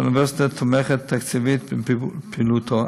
והאוניברסיטה תומכת תקציבית בפעילותו.